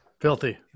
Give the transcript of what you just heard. filthy